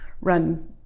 run